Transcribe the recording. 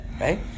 Right